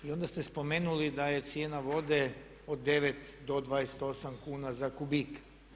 I onda ste spomenuli da je cijena vode od 9 do 28 kuna za kubik.